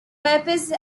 purpose